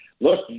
look